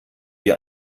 wie